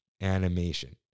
animation